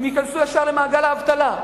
הם ייכנסו ישר למעגל האבטלה.